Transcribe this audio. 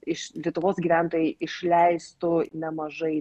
iš lietuvos gyventojai išleistų nemažai